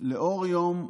לאור יום,